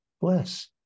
bless